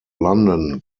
london